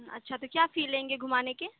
اچھا تو کیا فی لیں گے گھمانے کے